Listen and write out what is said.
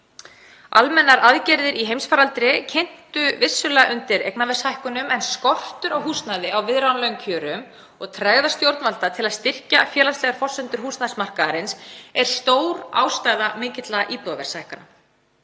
Almennar aðgerðir í heimsfaraldri kyntu vissulega undir eignaverðshækkunum. En skortur á húsnæði á viðráðanlegum kjörum og tregða stjórnvalda við að styrkja félagslegar forsendur húsnæðismarkaðarins er stór ástæða mikilla íbúðaverðshækkana.